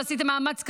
שעשו מאמץ כביר,